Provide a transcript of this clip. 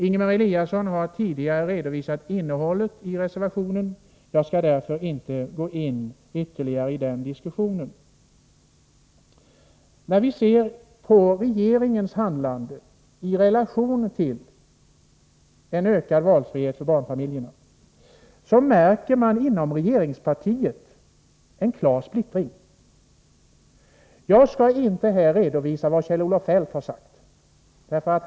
Ingemar Eliasson har tidigare redovisat innehållet i reservationen. Jag skall därför inte gå in ytterligare i den diskussionen. Om vi ser regeringens handlande i relation till en ökad valfrihet för barnfamiljerna märker vi en klar splittring inom regeringspartiet. Jag skall inte redovisa vad Kjell-Olof Feldt har sagt.